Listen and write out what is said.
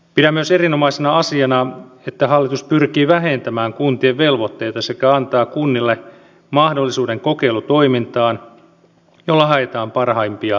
pidän myös erinomaisena asiana että hallitus pyrkii vähentämään kuntien velvoitteita sekä antaa kunnille mahdollisuuden kokeilutoimintaan jolla haetaan parhaimpia palvelukäytäntöjä